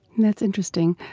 that's interesting.